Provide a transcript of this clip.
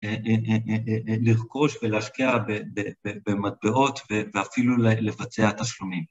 לרכוש ולהשקיע במטבעות ואפילו לבצע תשלומים.